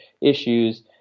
issues